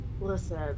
Listen